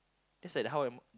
that's like how I~